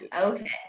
Okay